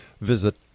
visit